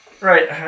Right